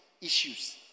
issues